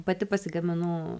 pati pasigaminu